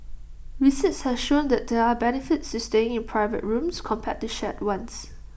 research has shown that there are benefits to staying in private rooms compared to shared ones